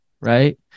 right